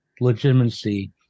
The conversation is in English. legitimacy